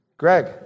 Greg